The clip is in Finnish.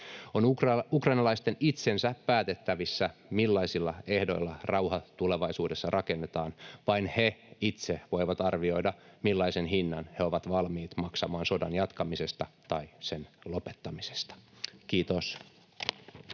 On ukrainalaisten itsensä päätettävissä, millaisilla ehdoilla rauha tulevaisuudessa rakennetaan. Vain he itse voivat arvioida, millaisen hinnan he ovat valmiita maksamaan sodan jatkamisesta tai sen lopettamisesta. — Kiitos.